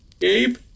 Gabe